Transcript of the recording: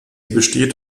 besteht